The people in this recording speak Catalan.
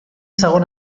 segon